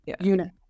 unit